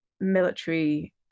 military